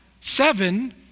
Seven